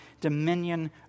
dominion